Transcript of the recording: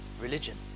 religion